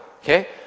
okay